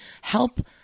Help